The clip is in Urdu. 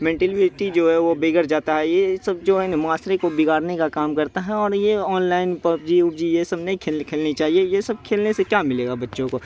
مینٹلیٹی جو ہے وہ بگڑ جاتا ہے یہ سب جو ہے نا معاشرے کو بگاڑنے کا کام کرتا ہے اور یہ آن لائن پب جی اب جی یہ سب نہیں کھیل کھیلنی چاہیے یہ سب کھیلنے سے کیا ملے گا بچوں کو